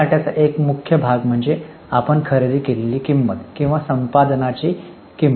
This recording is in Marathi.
मालसाठ्याचा एक मुख्य भाग म्हणजे आपण खरेदी केलेली किंमत किंवा संपादनाची किंमत